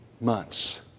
months